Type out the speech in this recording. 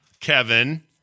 Kevin